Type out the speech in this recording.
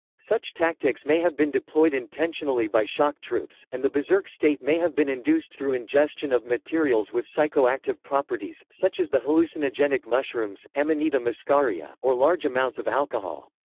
such tactics may have been deployed intentionally by shock troops, and the berserk-state may have been induced through ingestion of materials with psychoactive properties, such as the hallucinogenic mushrooms, amanita muscaria, or large amounts of alcohol.